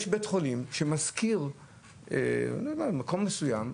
יש בית חולים שמשכיר מקום מסוים.